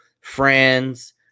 Friends